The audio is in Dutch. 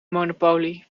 monopolie